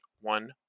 one